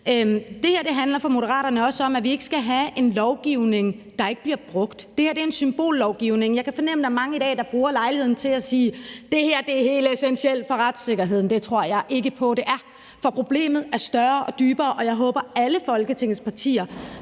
Det her handler for Moderaterne også om, at vi ikke skal have en lovgivning, der ikke bliver brugt. Det her er en symbollovgivning. Jeg kan fornemme, at der er mange i dag, der bruger lejligheden til at sige, at det her er helt essentielt for retssikkerheden. Det tror jeg ikke på det er. For problemet er større og dybere, og jeg håber, at alle Folketingets partier